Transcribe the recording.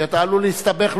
כי אתה עלול להסתבך,